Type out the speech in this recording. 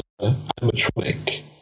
animatronic